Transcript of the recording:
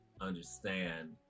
understand